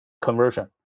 conversion